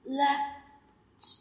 left